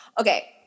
Okay